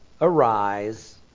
arise